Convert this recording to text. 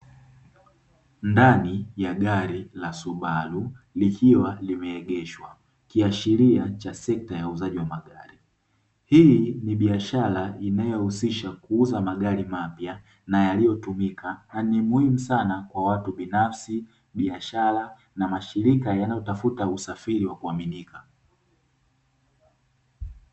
Ndani ya gari la "subaru" likiwa limeegeshwa kiashiria cha sekta ya uuzaji wa magari, hii ni biashara inayohusisha kuuza magari mapya na yaliyotumika na ni muhimu sana kwa watu binafsi, biashara na mashirika yanayotafuta usafiri wa kuaminika.